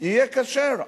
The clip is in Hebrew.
יהיה כשר.